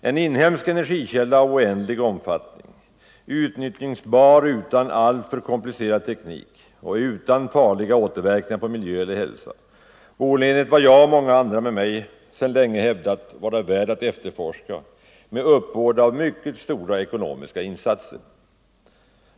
En inhemsk energikälla av oändlig omfattning, utnyttjningsbar utan alltför komplicerad teknik och utan farliga återverkningar på miljö eller hälsa, borde enligt vad jag och många med mig länge hävdat vara värd att efterforska med uppbåd av mycket stora ekonomiska insatser.